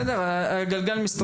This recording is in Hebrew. בסדר, הגלגל מסתובב.